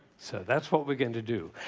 so that's what we're going to do.